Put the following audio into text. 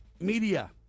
media